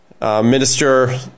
minister